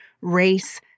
race